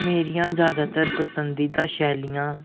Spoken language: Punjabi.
ਮੇਰੀਆਂ ਜ਼ਿਆਦਾਤਰ ਪਸੰਦੀਦਾ ਸ਼ੈਲੀਆਂ